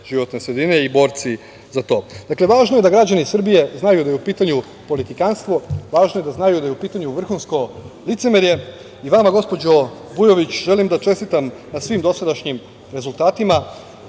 životne sredine i borci za to. Dakle, važno je da građani Srbije znaju da je u pitanju politikantstvo, važno je da znaju da je u pitanju vrhunsko licemerje. Vama, gospođo Vujović, želim da čestitam na svim dosadašnjim rezultatima,